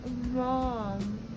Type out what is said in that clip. Mom